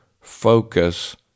focus